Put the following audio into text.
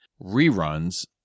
reruns